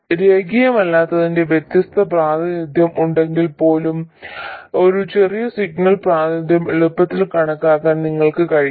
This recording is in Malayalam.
രേഖീയമല്ലാത്തതിന്റെ വ്യത്യസ്ത പ്രാതിനിധ്യം ഉണ്ടെങ്കിൽപ്പോലും ചെറിയ സിഗ്നൽ പ്രാതിനിധ്യം എളുപ്പത്തിൽ കണക്കാക്കാൻ നിങ്ങൾക്ക് കഴിയണം